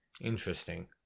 Interesting